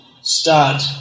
start